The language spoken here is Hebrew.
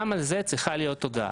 גם על זה צריכה להיות הודעה.